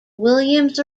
williams